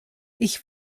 ich